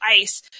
ice